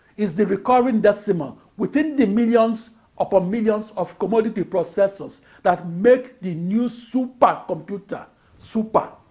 is the recurring decimal within the millions upon millions of commodity processors that make the new supercomputer super.